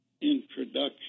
introduction